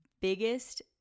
biggest